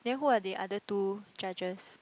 then who are the other two judges